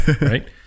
right